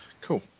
cool